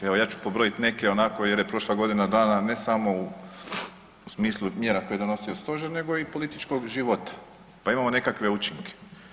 Evo ja ću pobrojat neke onako jer je prošla godina dana ne samo u smislu mjera koje je donosio stožer nego i političkog života, pa imamo nekakve učinke.